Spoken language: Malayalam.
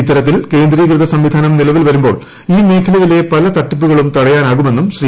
ഇത്തരത്തിൽ കേന്ദ്രീകൃത സംവിധാനം നിലവിൽ വരുമ്പോൾ ഈ മേഖലയിലെ പല തട്ടിപ്പുകളും തടയാനാക്കൂമിന്നും ശ്രീ